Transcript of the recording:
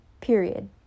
period